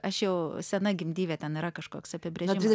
aš jau sena gimdyvė ten yra kažkoks apibrėžimas